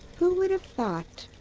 who would have thought?